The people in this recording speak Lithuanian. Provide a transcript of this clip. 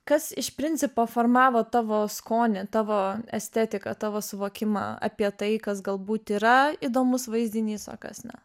kas iš principo formavo tavo skonį tavo estetiką tavo suvokimą apie tai kas galbūt yra įdomus vaizdinys o kas ne